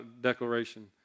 declaration